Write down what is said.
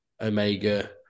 Omega